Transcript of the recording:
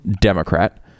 Democrat